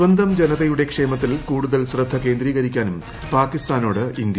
സ്വന്തം ജനതയുടെ ക്ഷ്മമത്തിൽ കൂടുതൽ ശ്രദ്ധ കേന്ദ്രീകരിക്കാനും പ്പാകിസ്ഥാനോട് ഇന്ത്യ